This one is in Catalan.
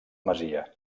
masia